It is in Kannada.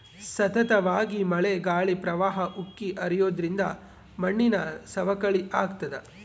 ಸತತವಾಗಿ ಮಳೆ ಗಾಳಿ ಪ್ರವಾಹ ಉಕ್ಕಿ ಹರಿಯೋದ್ರಿಂದ ಮಣ್ಣಿನ ಸವಕಳಿ ಆಗ್ತಾದ